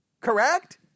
correct